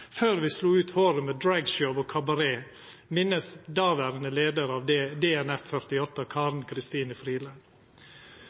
før vi slo ut håret med dragshow og cabaret, minnes daværende leder av